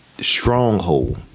Stronghold